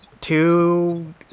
two